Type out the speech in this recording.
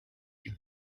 den